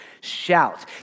shout